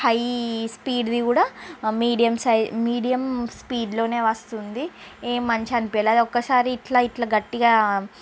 high speed కూడా medium size medium స్పీడ్లో వస్తుంది ఏమి మంచిగా అనిపించలేదు ఒకసారి ఇట్ల ఇట్ల గట్టిగా